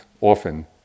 often